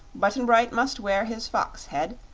button-bright must wear his fox head,